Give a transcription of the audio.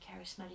charismatic